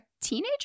teenager